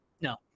No